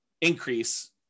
increase